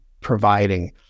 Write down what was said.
providing